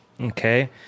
okay